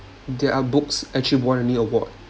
there are books actually won any award